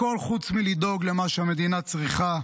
הכול חוץ מלדאוג למה שהמדינה צריכה.